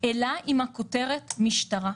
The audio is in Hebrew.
אלא עם הכותרת "משטרה".